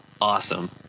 awesome